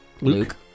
Luke